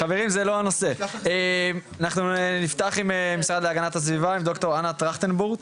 נפתח עם המשרד להגנת הסביבה, ד"ר אנה טרכטנברוט.